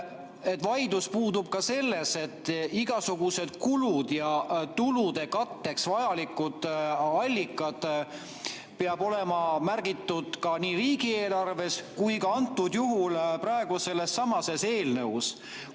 vaidlus puudub ka selle üle, et igasugused kulud ja tulude katteks vajalikud allikad peavad olema märgitud ka nii riigieelarves kui ka antud juhul sellessamas eelnõus.